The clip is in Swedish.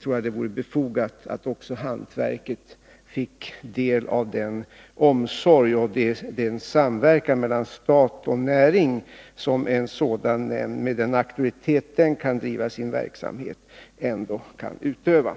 tror jag att det vore befogat att också hantverket fick del av den omsorg och den samverkan mellan staten och näringen som en sådan nämnd, med den auktoritet med vilken den skulle kunna bedriva sin verksamhet, kan innebära.